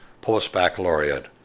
post-baccalaureate